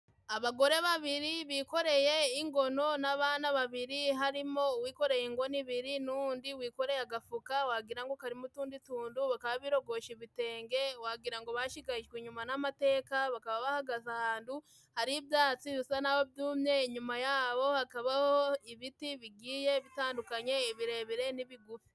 Abagore babiri bikoreye ingono n'abana babiri harimo uwikoreye ingono ibiri n'undi wikoreye agafuka wagira ngo karimo utundi tundu, bakaba birogoshe ibitenge wagira ngo bashigajwe inyuma n'amateka, bakaba bahagaze ahandu hari ibyatsi bisa n'aho byumye, inyuma yabo hakabaho ibiti bigiye bitandukanye ibirebire n'ibigufi.